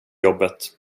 jobbet